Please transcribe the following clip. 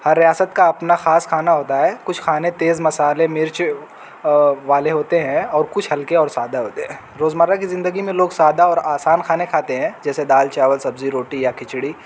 ہر ریاست کا اپنا خاص کھانا ہوتا ہے کچھ کھانے تیز مسالے مرچ والے ہوتے ہیں اور کچھ ہلکے اور سادہ ہوتے ہیں روزمرہ کی زندگی میں لوگ سادہ اور آسان کھانے کھاتے ہیں جیسے دال چاول سبزی روٹی یا کھچڑی